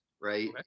right